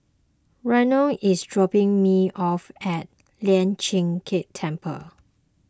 Reynold is dropping me off at Lian Chee Kek Temple